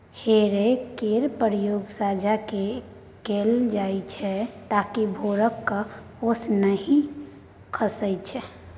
हे रैक केर प्रयोग साँझ मे कएल जाइत छै ताकि भोरक ओस नहि खसय